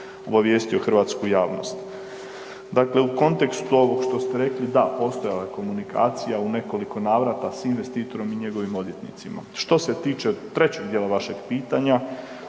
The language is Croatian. obavijestio hrvatsku javnost. Dakle, u kontekstu ovog što ste rekli, da postojala je komunikacija u nekoliko navrata s investitorom i njegovim odvjetnicima. Što se tiče trećeg dijela vašeg pitanja,